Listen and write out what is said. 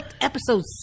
Episode